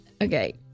Okay